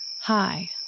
Hi